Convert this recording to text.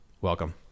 Welcome